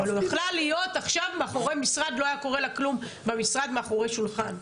אבל היא יכלה להיות עכשיו במשרד מאחורי שולחן,